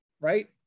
right